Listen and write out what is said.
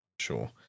sure